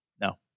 No